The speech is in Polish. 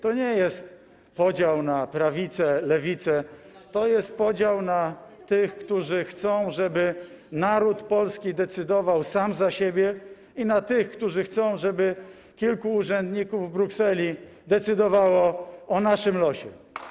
To nie jest podział na prawicę, lewicę, to jest podział na tych, którzy chcą, żeby naród polski decydował sam za siebie, i na tych, którzy chcą, żeby kilku urzędników w Brukseli decydowało o naszym losie.